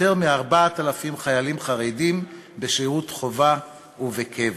מ-4,000 חיילים חרדים בשירות חובה ובקבע".